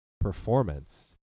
performance